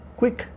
quick